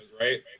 right